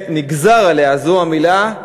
נגזר עליה, זאת המילה,